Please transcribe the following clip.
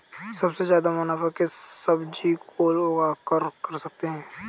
सबसे ज्यादा मुनाफा किस सब्जी को उगाकर कर सकते हैं?